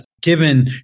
given